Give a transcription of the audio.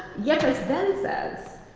yeah then says,